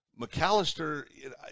McAllister –